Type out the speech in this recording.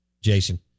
Jason